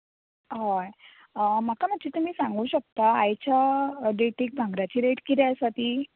हय म्हाका मातशे तुमी सांगूंक शकता आयच्या डॅटीक भांगराची रेट कितें आसा ती